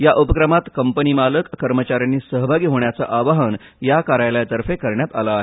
या उपक्रमांत कंपनी मालक कर्मचार्यांनी सहभागी होण्याचे आवाहन या कार्यालयातर्फे करण्यात आलं आहे